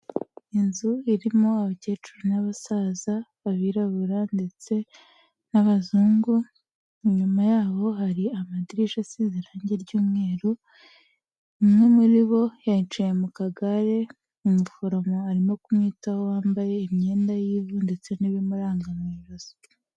Inzu irimo abakecuru n'abasaza b'abirabura ndetse n'abazungu, inyuma yaho hari amadirishya asize irangi ry'umweru, umwe muri bo yicaye mu kagare, umuforomo arimo kumwitaho wambaye imyenda y'ivu ndetse n'ibimuranga mu ijosi.